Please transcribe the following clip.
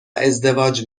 ازدواج